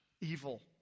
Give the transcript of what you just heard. evil